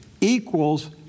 equals